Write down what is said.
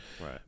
Right